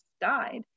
died